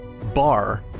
bar